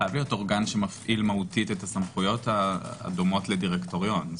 חייב להיות אורגן שמפעיל מהותית את הסמכויות הדומות לדירקטוריון.